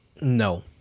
No